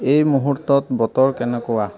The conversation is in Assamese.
এই মুহূৰ্তত বতৰ কেনেকুৱা